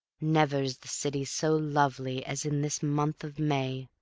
never is the city so lovely as in this month of may,